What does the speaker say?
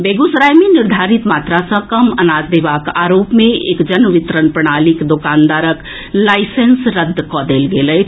बेगूसराय मे निर्धारित मात्रा सँ कम अनाज देबाक आरोप मे एक जन वितरण प्रणालीक दोकानदारक लाईसेंस रद्द कऽ देल गेल अछि